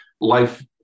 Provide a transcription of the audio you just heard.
life